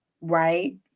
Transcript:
right